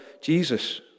Jesus